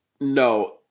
no